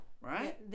Right